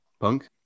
Punk